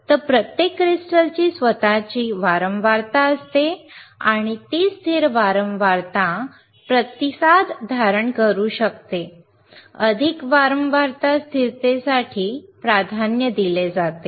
तर प्रत्येक क्रिस्टलची स्वतःची वारंवारता असते आणि ती स्थिर वारंवारता प्रतिसाद धारण करू शकते अधिक वारंवारता स्थिरतेसाठी प्राधान्य दिले जाते